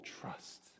trust